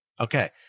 Okay